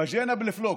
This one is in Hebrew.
באז'ינא בל א-פלוקס,